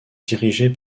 dirigé